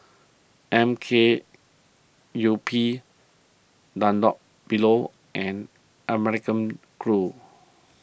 M K U P Dunlopillo and American Crew